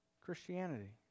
Christianity